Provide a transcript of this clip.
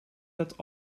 dat